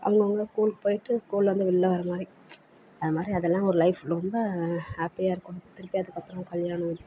அவங்க அவங்களா ஸ்கூலுக்கு போய்ட்டு ஸ்கூல்லேருந்து வெளில வர மாதிரி அது மாதிரி அதெல்லாம் ஒரு லைஃப் ரொம்ப ஹேப்பியாக இருக்கும் திருப்பி அதுக்கப்புறம் கல்யாணம்